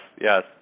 Yes